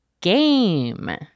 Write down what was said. game